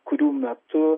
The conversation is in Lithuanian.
kurių metu